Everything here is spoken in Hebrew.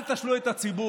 אל תשלו את הציבור.